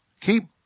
Keep